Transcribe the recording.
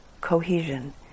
cohesion